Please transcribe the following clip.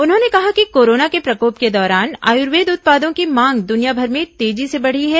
उन्होंने कहा कि कोरोना के प्रकोप के दौरान आयुर्वेद उत्पादों की मांग द्वनियाभर में तेजी से बढ़ी है